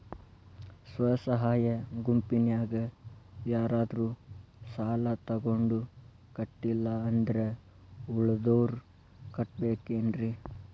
ಸ್ವ ಸಹಾಯ ಗುಂಪಿನ್ಯಾಗ ಯಾರಾದ್ರೂ ಸಾಲ ತಗೊಂಡು ಕಟ್ಟಿಲ್ಲ ಅಂದ್ರ ಉಳದೋರ್ ಕಟ್ಟಬೇಕೇನ್ರಿ?